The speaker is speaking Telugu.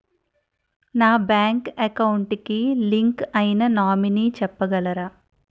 నా బ్యాంక్ అకౌంట్ కి లింక్ అయినా నామినీ చెప్పగలరా?